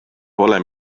pole